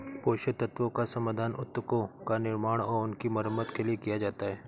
पोषक तत्वों का समाधान उत्तकों का निर्माण और उनकी मरम्मत के लिए किया जाता है